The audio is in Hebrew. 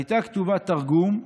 הייתה כתובה תרגום,